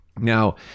Now